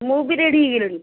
ମୁଁ ବି ରେଡ଼ି ହେଇଗଲିଣି